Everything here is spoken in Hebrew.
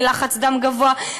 מלחץ-דם גבוה,